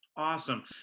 Awesome